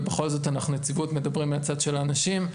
ובכל זאת אנחנו נציבות מדברים מהצד של האנשים,